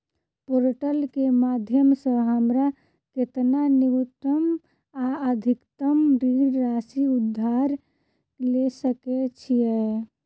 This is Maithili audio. पोर्टल केँ माध्यम सऽ हमरा केतना न्यूनतम आ अधिकतम ऋण राशि उधार ले सकै छीयै?